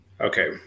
Okay